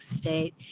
state